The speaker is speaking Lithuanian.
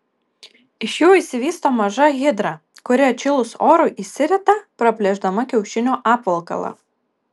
iš jų išsivysto maža hidra kuri atšilus orui išsirita praplėšdama kiaušinio apvalkalą